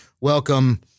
welcome